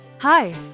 Hi